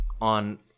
on